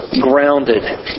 grounded